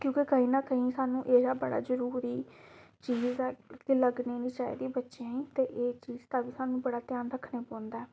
क्योंकि कहीं ना कहीं सानूं एह् बड़ा जरूरी चीज ऐ ते लग्गने निं चाहिदी बच्चें गी ते एह् चीज़ दा बी सानूं बड़ा ध्यान रक्खने पौंदा ऐ